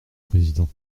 président